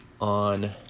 on